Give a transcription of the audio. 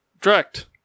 Direct